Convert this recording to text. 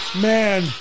Man